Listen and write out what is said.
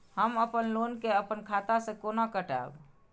हम अपन लोन के अपन खाता से केना कटायब?